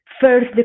first